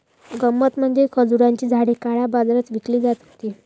गंमत म्हणजे खजुराची झाडे काळ्या बाजारात विकली जात होती